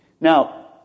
Now